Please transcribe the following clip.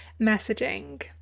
messaging